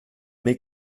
mes